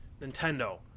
Nintendo